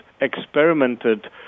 experimented